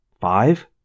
five